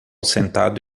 sentado